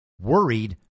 worried